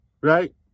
Right